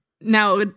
Now